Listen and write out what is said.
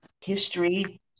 history